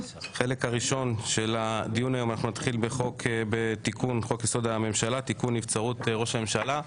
אנחנו נתחיל בחוק-יסוד: הממשלה (תיקון נבצרות ראש הממשלה).